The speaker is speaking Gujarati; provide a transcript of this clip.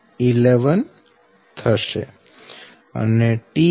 3340 16140127